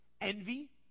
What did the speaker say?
Envy